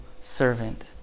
servant